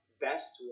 best